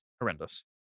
horrendous